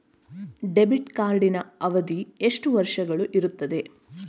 Debit ಕಾರ್ಡಿನ ಅವಧಿ ಎಷ್ಟು ವರ್ಷಗಳು ಇರುತ್ತದೆ?